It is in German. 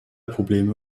probleme